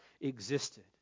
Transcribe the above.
existed